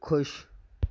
ख़ुशि